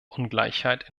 ungleichheit